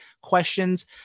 questions